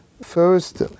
First